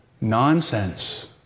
nonsense